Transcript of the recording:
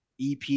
EP